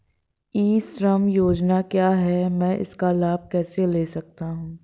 ई श्रम योजना क्या है मैं इसका लाभ कैसे ले सकता हूँ?